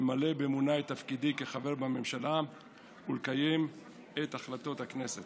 למלא באמונה את תפקידי כחבר הממשלה ולקיים את החלטות הכנסת.